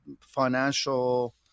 financial